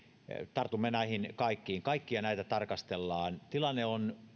tartumme näihin kaikkiin kaikkia näitä tarkastellaan tilanne on